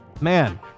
Man